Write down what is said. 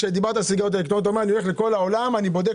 כשדיברת על סיגריות אלקטרוניות אמרת שאתה הולך לכל העולם ואתה בודק